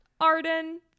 Arden